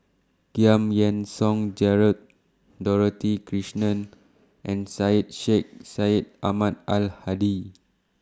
Giam Yean Song Gerald Dorothy Krishnan and Syed Sheikh Syed Ahmad Al Hadi